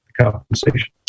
compensation